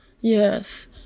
yes